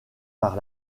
par